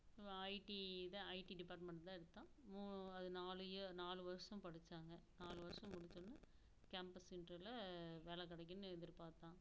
ID இது IT department தான் எடுத்தான் மூணு அது நாலு இயர் நாலு வருஷம் படித்தாங்க நாலு வருஷம் முடிச்சொன்னே கேம்பஸ் இன்டர்வியூவில் வேலை கிடைக்கும்னு எதிர்பார்த்தான்